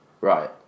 Right